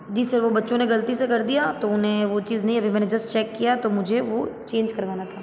जी sir वो बच्चों ने गलती से कर दिया तो उन्हें वो चीज़ नहीं अभी मैंने जस्ट चेक किया तो मुझे वो चेंज करवाना था